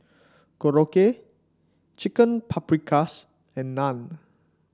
Korokke Chicken Paprikas and Naan